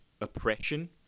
oppression